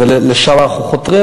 ולשם אנחנו חותרים.